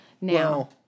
now